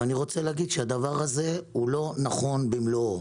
אני רוצה להגיד שהדבר הזה לא נכון במלואו